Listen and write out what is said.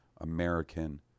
American